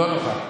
לא נוחה.